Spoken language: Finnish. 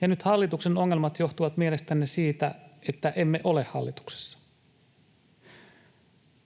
nyt hallituksen ongelmat johtuvat mielestänne siitä, että emme ole hallituksessa.